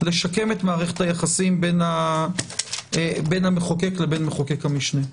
לשקם את מערכת היחסים בין המחוקק למחוקק המשנה.